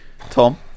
tom